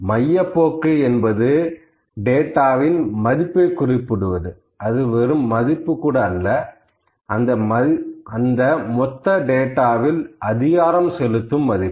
மையப்போக்கு என்பது டேட்டாவின் மதிப்பை குறிப்பிடுவது அது வெறும் மதிப்பு கூட அல்ல அந்த மொத்த டேட்டாவில் அதிகாரம் செலுத்தும் மதிப்பு